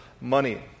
money